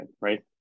right